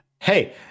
Hey